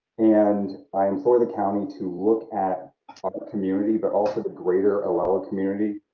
and i implore the county to look at our community, but also the greater oella community,